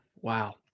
wow